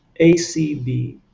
ACB